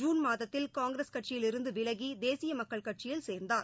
June மாதத்தில் காங்கிரஸ் கட்சியில் இருந்து விலகி தேசிய மக்கள் கட்சியில் சேர்ந்தார்